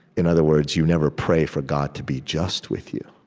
in other words, you never pray for god to be just with you